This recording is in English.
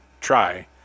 try